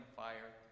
fire